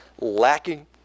lacking